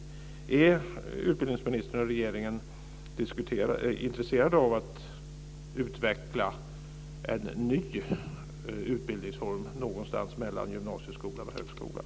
Är utbildningsministern och regeringen intresserade av att utveckla en ny utbildningsform någonstans mellan gymnasieskolan och högskolan?